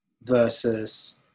versus